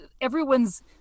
everyone's